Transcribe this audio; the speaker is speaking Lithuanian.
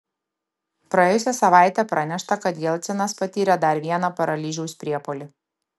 praėjusią savaitę pranešta kad jelcinas patyrė dar vieną paralyžiaus priepuolį